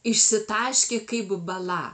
išsitaškė kaip bala